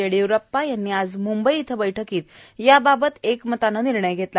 येडीय्रप्पा यांनी आज म्ंबई इथं बैठकीत याबाबत एकमताने निर्णय घेतला